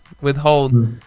withhold